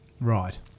Right